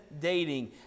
dating